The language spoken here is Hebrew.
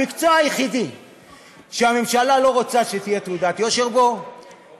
המקצוע היחיד שהממשלה לא רוצה שתהיה בו תעודת יושר הוא פוליטיקאי,